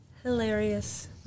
hilarious